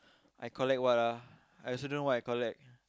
I collect what ah I also don't know what I collect